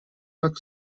pak